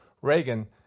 Reagan